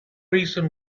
reason